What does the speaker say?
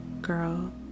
Girl